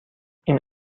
این